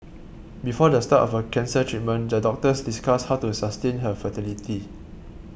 before the start of her cancer treatment the doctors discussed how to sustain her fertility